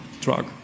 drug